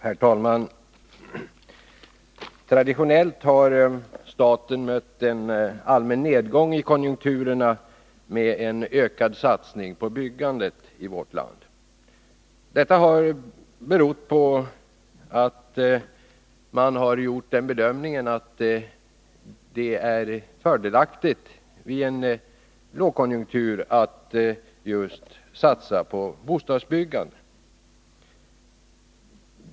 Herr talman! Traditionellt har staten mött en allmän nedgång i konjunkturerna med en ökad satsning på byggandet i vårt land. Detta har berott på att man har gjort bedömningen att det är fördelaktigt vid en lågkonjunktur att just satsa på bostadsbyggande.